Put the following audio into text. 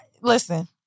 listen